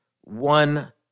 one